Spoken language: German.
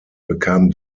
bekam